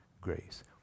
grace